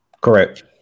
Correct